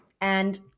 And-